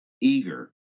eager